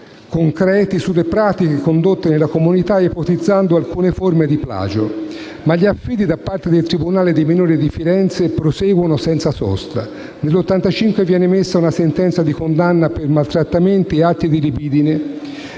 concreti sulle pratiche condotte nella comunità e ipotizzando alcune forme di plagio. Ma gli affidi da parte del tribunale dei minori di Firenze proseguono senza sosta. Nel 1985 viene emessa una sentenza di condanna per maltrattamenti e atti di libidine